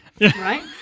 Right